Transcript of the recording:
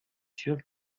sûr